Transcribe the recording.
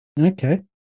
Okay